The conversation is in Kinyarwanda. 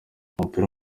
umupira